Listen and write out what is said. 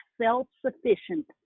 self-sufficient